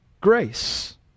grace